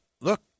look